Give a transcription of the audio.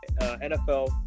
NFL